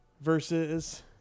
Versus